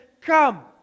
come